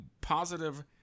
positive